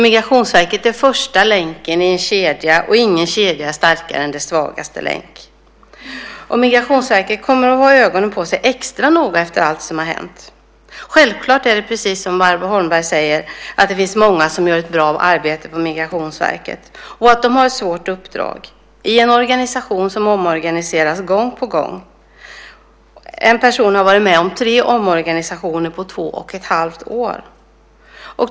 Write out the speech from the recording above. Migrationsverket är första länken i en kedja, och ingen kedja är starkare än sin svagaste länk. Migrationsverket kommer också att ha ögonen på sig extra mycket efter allt som har hänt. Självklart är det precis som Barbro Holmberg säger: Det finns många som gör ett bra arbete på Migrationsverket, och de har ett svårt uppdrag i en organisation som omorganiseras gång på gång. En person har varit med om tre omorganisationer på två och ett halvt år.